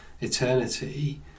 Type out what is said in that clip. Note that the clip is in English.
eternity